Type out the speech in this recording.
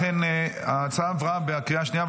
לכן ההצעה עברה בקריאה שנייה.